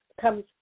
comes